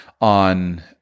on